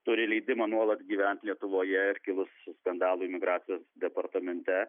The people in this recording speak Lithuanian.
turi leidimą nuolat gyvent lietuvoje ir kilus skandalui migracijos departamente